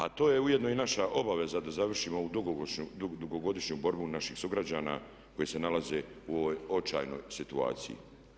A to je ujedno i naša obaveza da završimo ovu dugogodišnju borbu naših sugrađana koji se nalaze u ovoj očajnoj situaciji.